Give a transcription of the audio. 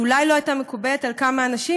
שאולי לא הייתה מקובלת על כמה אנשים